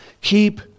Keep